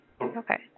Okay